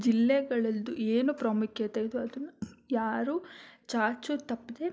ಜಿಲ್ಲೆಗಳದ್ದು ಏನು ಪ್ರಾಮುಖ್ಯತೆ ಇದೆಯೋ ಅದನ್ನು ಯಾರು ಚಾಚೂತಪ್ಪದೆ